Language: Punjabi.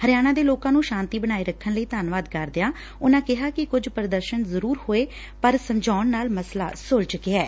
ਹਰਿਆਣਾ ਦੇ ਲੋਕਾਂ ਨੂੰ ਸ਼ਾਂਤੀ ਬਣਾਏ ਰੱਖਣ ਲਈ ਧੰਨਵਾਦ ਕਰਦਿਆਂ ਕਿਹਾ ਕਿ ਕੁਝ ਪ੍ਰਦਰਸ਼ਨ ਜ਼ਰੂਰ ਹੋਏ ਨੇ ਪਰ ਸਮਝਾਉਣ ਨਾਲ ਮਸਲਾ ਸੁਲਝ ਗਿਐ